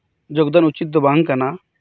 ᱡᱳᱜᱫᱟᱱ ᱩᱪᱤᱫ ᱫᱚ ᱵᱟᱝ ᱠᱟᱱᱟ